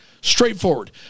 Straightforward